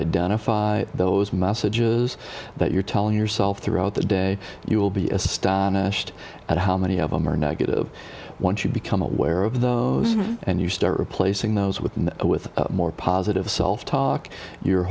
identify those messages that you're telling yourself throughout the day you will be astonished at how many of them are negative once you become aware of those and you start replacing those with with more positive self talk your